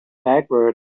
backwards